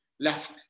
left